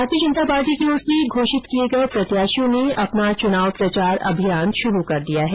भाजपा की ओर से घोषित किये गए प्रत्याषियों ने अपना चुनाव प्रचार अभियान शुरू कर दिया है